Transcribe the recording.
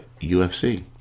UFC